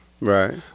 Right